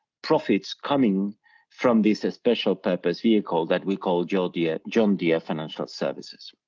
profits coming from this, a special purpose vehicle that we call, john deere john deere financial services.